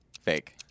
Fake